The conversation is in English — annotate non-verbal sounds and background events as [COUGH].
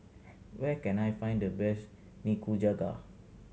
[NOISE] where can I find the best Nikujaga